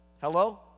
Hello